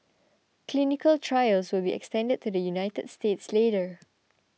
clinical trials will be extended to the United States later